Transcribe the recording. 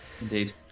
Indeed